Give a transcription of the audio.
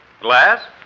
Glass